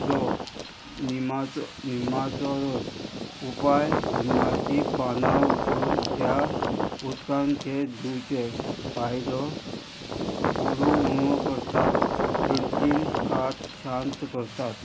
so निमाचो निम्माचो रोस उपाय निम्माची पानां उकडून त्या उदकांत धुवचे पायदो होडू उणो करतात चिळची कात शांत करतात